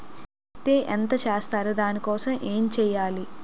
Is తే ఎంత ఇస్తారు దాని కోసం నేను ఎంచ్యేయాలి?